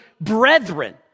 brethren